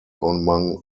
among